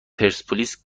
پرسپولیس